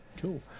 Cool